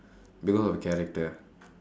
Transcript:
because of character